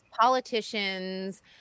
politicians